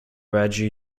raja